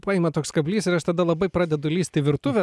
paima toks kablys ir aš tada labai pradedu lįst į virtuvę